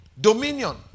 Dominion